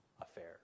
affair